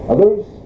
Others